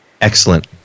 excellent